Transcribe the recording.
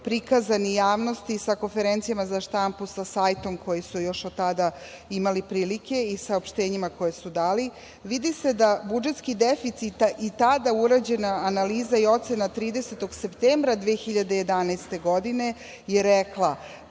prikazani javnosti sa konferencijama za štampu, sa sajtom koji su još od tada imali prilike i saopštenjima koja su dali, vidi se da budžetskih deficita i tada urađena analiza i ocena 30. septembra 2011. godine je rekla